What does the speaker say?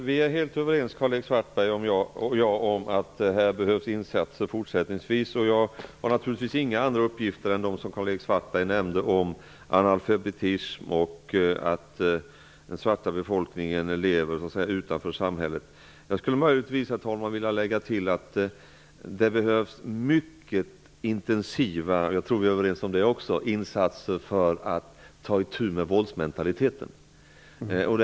Herr talman! Karl-Erik Svartberg och jag är helt överens om att det fortsättningsvis behövs insatser. Jag har naturligtvis inga andra uppgifter än de som Karl-Erik Svartberg nämnde när det gäller analfabetismen och att den svarta befolkningen lever utanför samhället. Herr talman! Jag skulle möjligtvis vilja lägga till att det behövs mycket intensiva insatser för att ta itu med våldsmentaliteten; jag tror att vi är överens om det också.